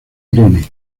irene